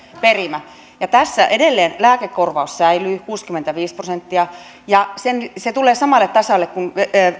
perimä ja tässä edelleen lääkekorvaus säilyy kuusikymmentäviisi prosenttia ja se tulee samalle tasolle kuin